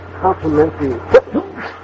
complimentary